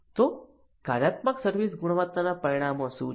તો કાર્યાત્મક સર્વિસ ગુણવત્તાના પરિમાણો શું છે